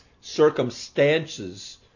circumstances